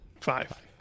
Five